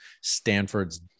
Stanford's